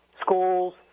schools